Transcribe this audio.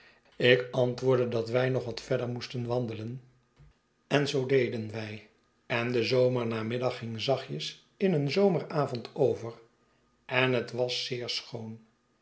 ik antwoordde dat wij nog wat verder moesgroote vebwachtingen ten wandelen en zoo deden wij en de zomernamiddag ging zachtjes in een zomeravondover en het was zeer schoon